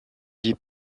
des